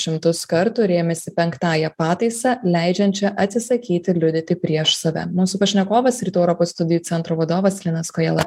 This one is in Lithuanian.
šimtus kartų rėmėsi penktąja pataisa leidžiančia atsisakyti liudyti prieš save mūsų pašnekovas rytų europos studijų centro vadovas linas kojala